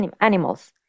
animals